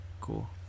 Cool